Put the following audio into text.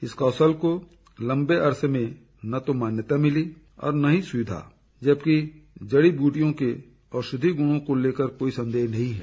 इस कौशल को लम्बे अरसे में न तो मान्यता मिली और न सुविधा जबकि जड़ी बूटियों के औषधीय गुणों को लेकर कोई संदेह नहीं है